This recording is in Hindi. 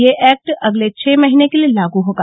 यह ऐक्ट अगले छह महीने के लिए लागू होगा